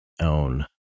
own